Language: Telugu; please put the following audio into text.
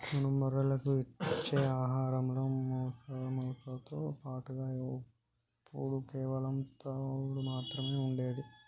మనం బర్రెలకు ఇచ్చే ఆహారంలో మేతతో పాటుగా ఒప్పుడు కేవలం తవుడు మాత్రమే ఉండేది